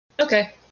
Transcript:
Okay